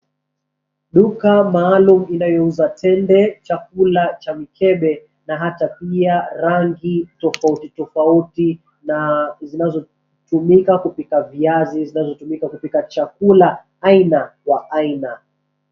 Duka maalum linalouza tende, chakula cha mikebe ya rangi tofauti tofauti na zinazotumika kupika viazi na kupika chakula aina wa aina.